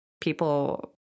People